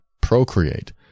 procreate